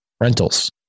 Rentals